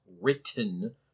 written